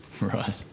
Right